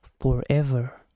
forever